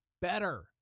better